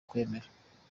kwemera